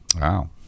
Wow